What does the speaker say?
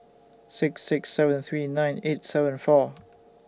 six six seven three nine eight seven four